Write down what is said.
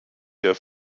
der